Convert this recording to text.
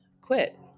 quit